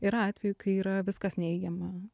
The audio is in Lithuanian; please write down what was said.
yra atvejų kai yra viskas neigiama